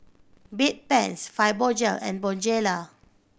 Bedpans Fibogel and Bonjela